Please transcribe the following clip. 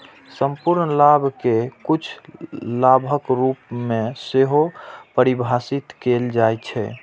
संपूर्ण लाभ कें कुल लाभक रूप मे सेहो परिभाषित कैल जाइ छै